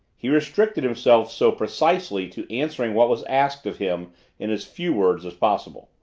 he restricted himself so precisely to answering what was asked of him in as few words as possible.